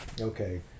Okay